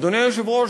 אדוני היושב-ראש,